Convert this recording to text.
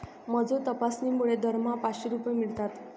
मजूर तपासणीमुळे दरमहा पाचशे रुपये मिळतात